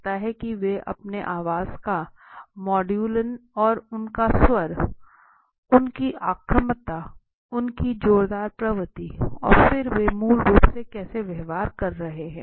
हो सकता है कि वे अपनी आवाज का मॉडुलन और उनका स्वर उनकी आक्रामकता उनकी जोरदार प्रकृति और फिर वे मूल रूप से कैसे व्यवहार कर रहे हैं